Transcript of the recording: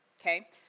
Okay